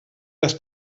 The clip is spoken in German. das